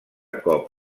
cop